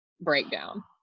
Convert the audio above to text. breakdown